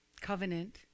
Covenant